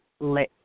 let